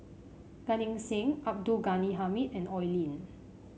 Gan Eng Seng Abdul Ghani Hamid and Oi Lin